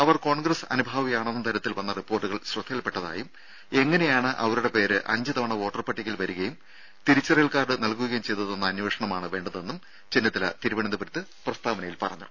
അവർ കോൺഗ്രസ് അനുഭാവി ആണെന്ന തരത്തിൽ വന്ന റിപ്പോർട്ടുകൾ ശ്രദ്ധയിൽപ്പെട്ടതായും എങ്ങിനെയാണ് അവരുടെ പേര് അഞ്ച് തവണ വോട്ടർ പട്ടികയിൽ വരികയും തിരിച്ചറിയൽ കാർഡ് നൽകുകയും ചെയ്തതെന്ന അന്വേഷണമാണ് വേണ്ടതെന്നും ചെന്നിത്തല തിരുവനന്തപുരത്ത് പ്രസ്താവനയിൽ പറഞ്ഞു